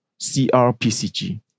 CRPCG